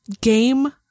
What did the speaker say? game